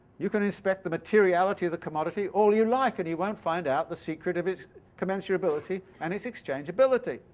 you can inspect the materiality of the commodity all you like, and you won't find out the secret of its commensurability and its exchangeability.